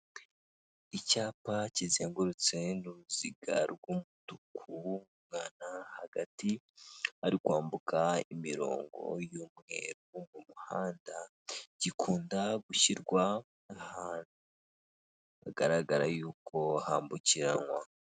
Icyapa kizengurutse n'uruziga rw'umutuku umwana hagati ari kwambuka imirongo y'umweru mu muhanda gikunda gushyirwa ahantu hagaragara yuko hambukiranwa.